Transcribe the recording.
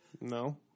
No